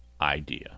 idea